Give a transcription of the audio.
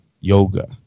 yoga